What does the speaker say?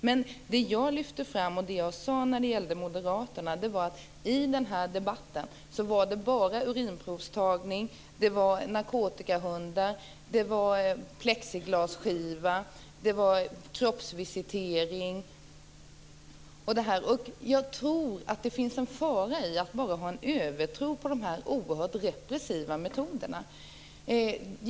Men det jag sade om Moderaterna var att ni i den här debatten bara talade om urinprovstagning, narkotikahundar, plexiglasskivor, kroppsvisitering och liknande. Jag tror att det finns en fara i att ha en övertro på dessa mycket repressiva metoder.